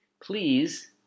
please